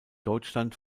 deutschland